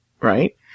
right